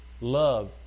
love